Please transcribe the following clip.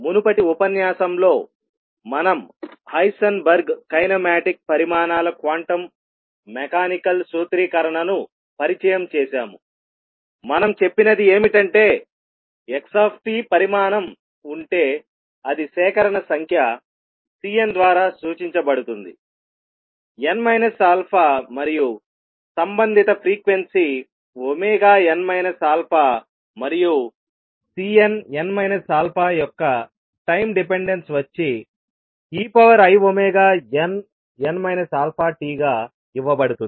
మునుపటి ఉపన్యాసంలో మనం హైసెన్బర్గ్ కైనమాటిక్ పరిమాణాల క్వాంటం మెకానికల్ సూత్రీకరణను పరిచయం చేసాము మనం చెప్పినది ఏమిటంటే x పరిమాణం ఉంటే అది సేకరణ సంఖ్య Cn ద్వారా సూచించబడుతుంది n α మరియు సంబంధిత ఫ్రీక్వెన్సీ n α మరియు Cnn α యొక్క టైం డిపెండెన్స్ వచ్చి einn αtగా ఇవ్వబడుతుంది